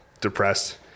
depressed